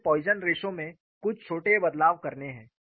मुझे पॉइसन अनुपात में कुछ छोटे बदलाव करने हैं